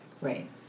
Right